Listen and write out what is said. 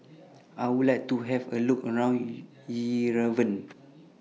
I Would like to Have A Look around E Yerevan